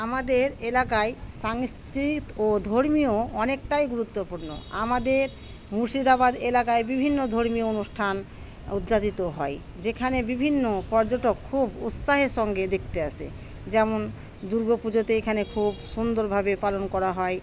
আমাদের এলাকায় সাংস্কৃতিক ও ধর্মীয় অনেকটাই গুরুত্বপূর্ণ আমাদের মুর্শিদাবাদ এলাকায় বিভিন্ন ধর্মীয় অনুষ্ঠান উদযাপিত হয় যেখানে বিভিন্ন পর্যটক খুব উৎসাহের সঙ্গে দেখতে আসে যেমন দুর্গা পুজোতে এখানে খুব সুন্দরভাবে পালন করা হয়